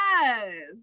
Yes